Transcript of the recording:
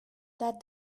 that